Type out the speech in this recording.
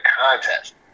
contest